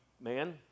man